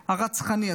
הרצחני הזה.